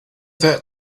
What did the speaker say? that